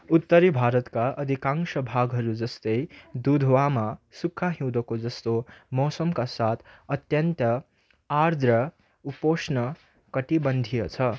उत्तरी भारतका अधिकांश भागहरू जस्तै दुधवामा सुक्खा हिउँदको जस्तो मौसमका साथ अत्यन्त आर्ज उपोष्ण कटीबन्धीय छ